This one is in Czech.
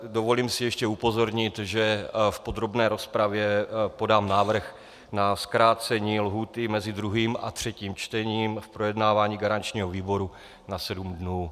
Dovolím si ještě upozornit, že v podrobné rozpravě podám návrh na zkrácení lhůty mezi druhým a třetím čtením v projednávání garančního výboru na sedm dnů.